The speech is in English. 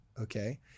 Okay